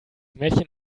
mädchen